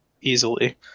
easily